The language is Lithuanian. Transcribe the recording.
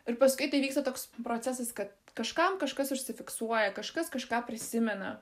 ir paskui tai vyksta toks procesas kad kažkam kažkas užsifiksuoja kažkas kažką prisimena